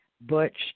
Butch